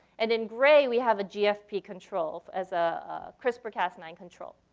and in gray we have a gfp control as a crispr cast nine control.